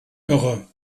irre